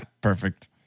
perfect